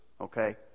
Okay